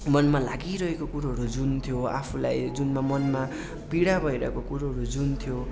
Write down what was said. मनमा लागिरहेको कुरोहरू जुन थियो आफूलाई जुनमा मनमा पीडा भइरहेको कुरोहरू जुन थियो